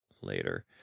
later